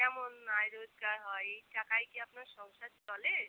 কেমন আয় রোজগার হয় এই টাকায় কি আপনার সংসার চলে